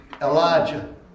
Elijah